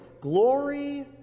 Glory